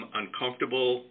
uncomfortable